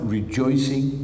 rejoicing